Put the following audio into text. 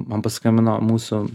man paskambino mūsų